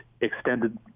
extended